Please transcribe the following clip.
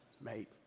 mate